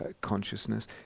consciousness